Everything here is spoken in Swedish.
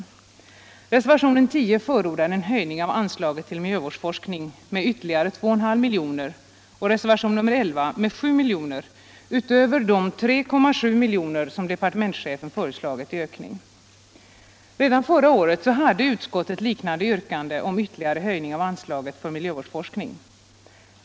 I reservationen 10 förordas en höjning av anslaget till miljövårdsforskning med ytterligare 2,5 miljoner och i reservationen 11 en höjning med 7 miljoner utöver de 3,7 miljoner som departementschefen föreslagit i ökning. Redan förra året hade utskottet liknande yrkande om ytterligare höjning av anslaget för miljövårdsforskning.